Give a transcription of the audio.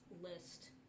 list